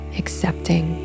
accepting